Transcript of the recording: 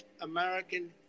American